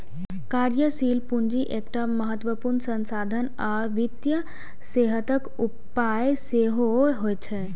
कार्यशील पूंजी एकटा महत्वपूर्ण संसाधन आ वित्तीय सेहतक उपाय सेहो होइ छै